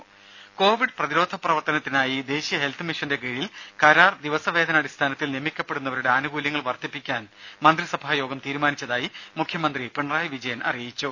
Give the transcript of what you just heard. രുദ കോവിഡ് പ്രതിരോധ പ്രവർത്തനത്തിനായി ദേശീയ ഹെൽത്ത് മിഷന്റെ കീഴിൽ കരാർ ദിവസവേതനാടിസ്ഥാനത്തിൽ നിയമിക്കപ്പെടുന്നവരുടെ ആനുകൂല്യങ്ങൾ വർധിപ്പിക്കാൻ മന്ത്രിസഭാ യോഗം തീരുമാനിച്ചതായി മുഖ്യമന്ത്രി പിണറായി വിജയൻ അറിയിച്ചു